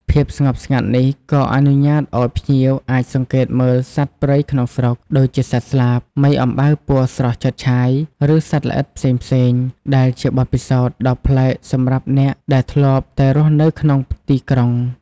ភាពស្ងប់ស្ងាត់នេះក៏អនុញ្ញាតឲ្យភ្ញៀវអាចសង្កេតមើលសត្វព្រៃក្នុងស្រុក ដូចជាសត្វស្លាប មេអំបៅពណ៌ស្រស់ឆើតឆាយ ឬសត្វល្អិតផ្សេងៗ ដែលជាបទពិសោធន៍ដ៏ប្លែកសម្រាប់អ្នកដែលធ្លាប់តែរស់នៅក្នុងទីក្រុង។